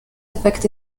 effect